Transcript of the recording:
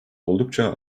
oldukça